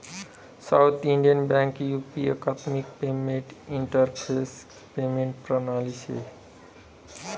south Indian Bank UP एकात्मिक payment interface payment प्रणाली शे